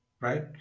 right